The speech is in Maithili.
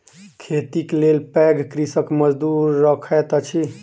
खेतीक लेल पैघ कृषक मजदूर रखैत अछि